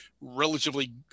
relatively